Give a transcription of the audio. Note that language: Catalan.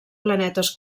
planetes